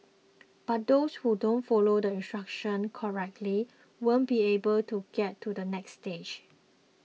but those who don't follow the instructions correctly won't be able to get to the next stage